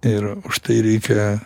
ir už tai reikia